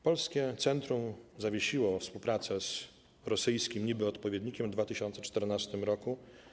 Polskie centrum zawiesiło współpracę z rosyjskim niby- odpowiednikiem w 2014 r.